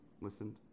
listened